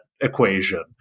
equation